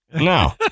No